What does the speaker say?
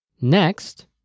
Next